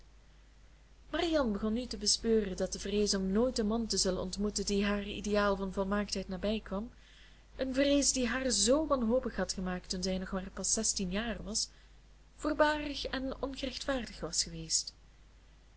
marianne begon nu te bespeuren dat de vrees om nooit een man te zullen ontmoeten die haar ideaal van volmaaktheid nabij kwam een vrees die haar zoo wanhopig had gemaakt toen zij nog maar pas zestien jaar was voorbarig en ongerechtvaardigd was geweest